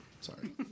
Sorry